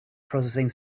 processing